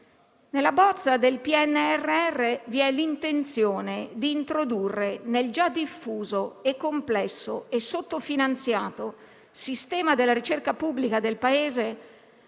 Nella bozza del PNRR vi è l'intenzione di introdurre nel già diffuso, complesso e sottofinanziato sistema della ricerca pubblica del Paese,